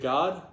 God